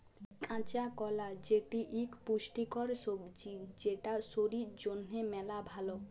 কাঁচা কলা যেটি ইক পুষ্টিকর সবজি যেটা শরীর জনহে মেলা ভাল